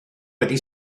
wedi